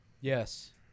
Yes